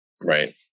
Right